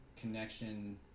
connection